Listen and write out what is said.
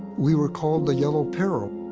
we were called the yellow peril.